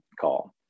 call